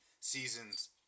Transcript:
seasons